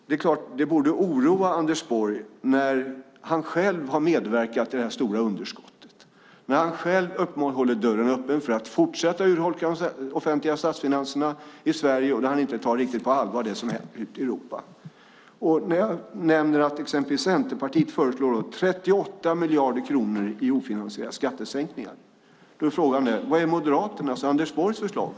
Det borde oroa Anders Borg när han själv har medverkat till det här stora underskottet, när han själv håller dörren öppen för att fortsätta att urholka de offentliga statsfinanserna i Sverige och han inte tar det som händer ute i Europa riktigt på allvar. När jag nämner att exempelvis Centerpartiet föreslår 38 miljarder kronor i ofinansierade skattesänkningar är frågan: Vad är Moderaternas och Anders Borgs förslag?